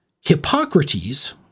Hippocrates